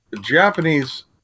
Japanese